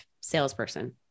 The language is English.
salesperson